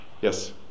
Yes